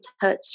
touch